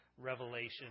revelation